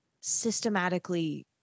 systematically